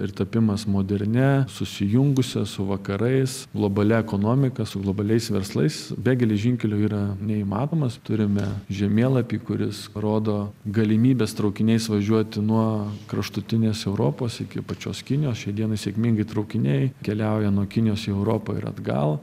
ir tapimas modernia susijungusia su vakarais globalia ekonomika su globaliais verslais be geležinkelio yra neįmanomas turime žemėlapį kuris rodo galimybes traukiniais važiuoti nuo kraštutinės europos iki pačios kinijos šiai dienai sėkmingai traukiniai keliauja nuo kinijos į europą ir atgal